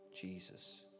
Jesus